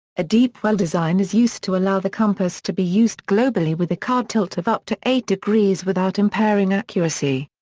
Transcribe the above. a deep-well design is used to allow the compass to be used globally with a card tilt of up to eight degrees without impairing accuracy.